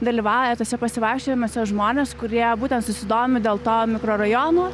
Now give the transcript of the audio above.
dalyvauja tuose pasivaikščiojimuose žmonės kurie būtent susidomi dėl to mikrorajono